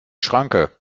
schranke